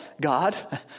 God